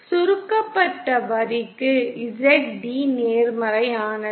சுருக்கப்பட்ட வரிக்கு Zd நேர்மறையானது